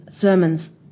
sermons